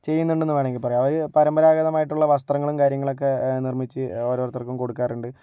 ചെയ്യുന്നുണ്ടെന്ന് വേണമെങ്കിൽ പറയാം അവര് പരമ്പരാഗതമായിട്ടുള്ള വസ്ത്രങ്ങളും കാര്യങ്ങളൊക്കെ നിർമ്മിച്ച് ഓരോരുത്തർക്കും കൊടുക്കാറുണ്ട്